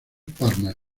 parma